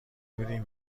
میدین